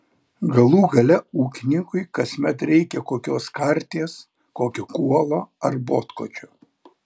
galų gale ūkininkui kasmet reikia kokios karties kokio kuolo ar botkočio